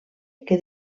que